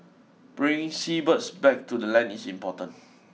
bringing seabirds back to the land is important